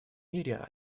мире